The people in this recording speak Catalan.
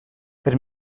per